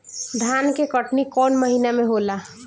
धान के कटनी कौन महीना में होला?